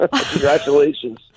Congratulations